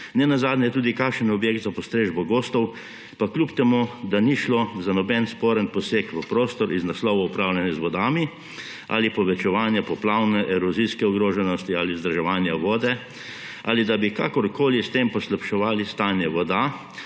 nenazadnje tudi kakšen objekt za postrežbo gostov, pa kljub temu da ni šlo za noben sporen poseg v prostor iz naslova upravljanja z vodami ali povečevanja poplavne, erozijske ogroženosti ali vzdrževanja vode, ali da bi kakorkoli s tem poslabševali stanje voda,